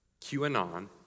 QAnon